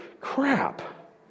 crap